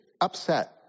upset